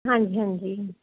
ਹਾਂਜੀ ਹਾਂਜੀ